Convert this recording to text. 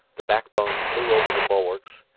the backbone flew over the bulwarks,